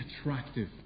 attractive